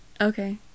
Okay